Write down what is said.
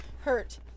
Hurt